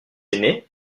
aîné